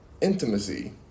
intimacy